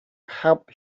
help